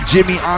Jimmy